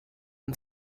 and